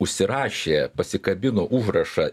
užsirašė pasikabino užrašą